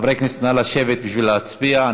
חברי הכנסת, נא לשבת בשביל להצביע.